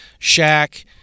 Shaq